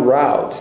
route